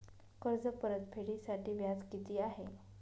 कर्ज परतफेडीसाठी व्याज किती आहे?